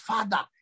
Father